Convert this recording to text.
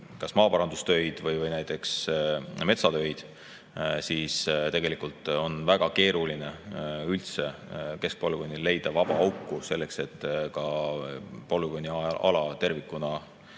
ka maaparandustöid või näiteks metsatöid, siis tegelikult on väga keeruline üldse keskpolügoonil leida vaba auku selleks, et ka polügooni ala tervikuna